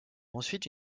ensuite